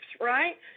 right